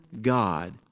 God